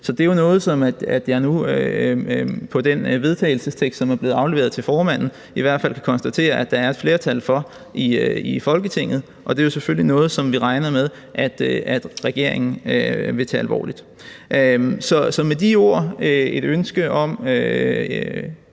til det forslag til vedtagelse, som er blevet afleveret til formanden, i hvert fald kan konstatere, at der er et flertal for i Folketinget, og det er jo selvfølgelig noget, som vi regner med regeringen vil tage alvorligt. Med de ord vil jeg ønske en